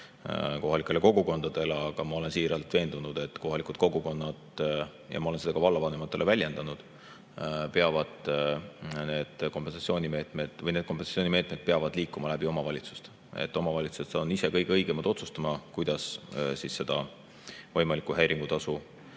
kohalikele kogukondadele. Aga ma olen siiralt veendunud, et kohalikud kogukonnad – ja ma olen seda ka vallavanematele väljendanud – peavad need kompensatsioonimeetmed … Või need kompensatsioonimeetmed peavad liikuma läbi omavalitsuste. Omavalitsused on ise kõige õigemad otsustama, kuidas seda võimalikku häiringutasu